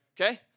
Okay